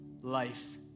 life